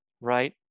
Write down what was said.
right